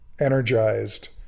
energized